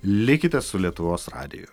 likite su lietuvos radiju